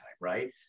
Right